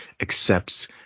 accepts